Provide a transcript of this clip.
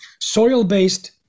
soil-based